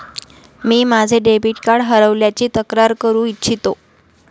मी माझे debit card हरवल्याची तक्रार करू इच्छितो